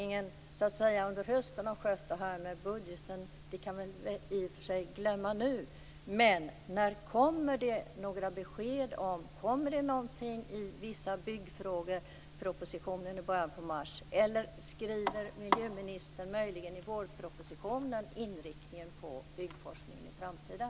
Frågan hur regeringen under hösten har skött budgeten kan vi glömma nu. Kommer det förslag i propositionen om vissa byggfrågor i början av mars? Eller kommer miljöministern att i vårpropositionen skriva in inriktningen på byggforskningen i framtiden?